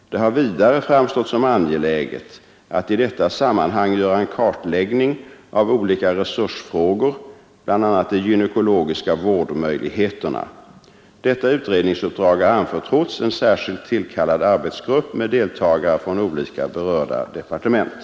Det har vidare framstått som angeläget att i detta sammanhang göra en kartläggning av olika resursfrågor, bl.a. de gynekologiska vårdmöjligheterna. Detta utredningsuppdrag har anförtrotts en särskilt tillkallad arbetsgrupp med deltagare från olika berörda departement.